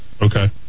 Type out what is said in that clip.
Okay